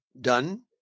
done